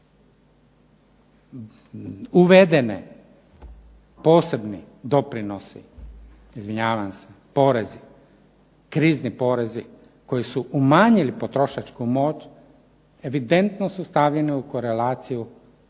Uvedene posebni doprinosi, izvinjavam se porezi, krizni porezi koji su umanjili potrošačku moć evidentno su stavljeni u korelaciju